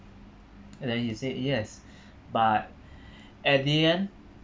and then he said yes but at the end